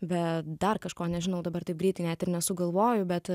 be dar kažko nežinau dabar taip greitai net ir nesugalvoju bet